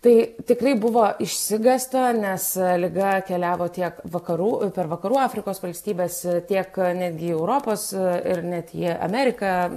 tai tikrai buvo išsigąsta nes liga keliavo tiek vakarų per vakarų afrikos valstybes tiek netgi į europos ir net į ameriką